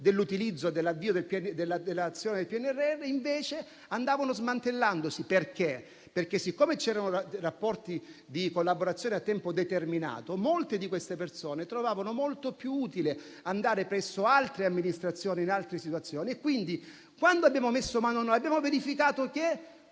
dell'attuazione del PNRR, invece andavano smantellandosi perché, siccome c'erano rapporti di collaborazione a tempo determinato, molte di queste persone trovavano molto più utile andare presso altre amministrazioni, in altre situazioni. Pertanto, quando abbiamo messo mano alla questione, abbiamo verificato che